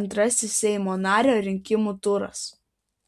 antrasis seimo nario rinkimų turas